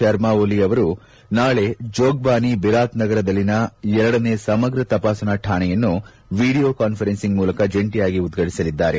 ಶರ್ಮ ಓಲಿ ಅವರು ನಾಳೆ ಜೋಗ್ಟಾನಿ ಬಿರಾತ್ ನಗರ್ ನಲ್ಲಿನ ಎರಡನೇ ಸಮಗ್ರ ತಪಾಸಣಾ ಠಾಣೆಯನ್ನು ವಿಡಿಯೋ ಕಾಸ್ಫರೆನ್ಸ್ ಮೂಲಕ ಜಂಟಿಯಾಗಿ ಉದ್ಘಾಟಿಸಲಿದ್ದಾರೆ